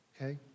okay